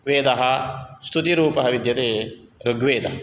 वेदः स्तुतिरूपः विद्यते ऋग्वेदः